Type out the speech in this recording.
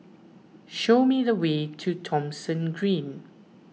show me the way to Thomson Green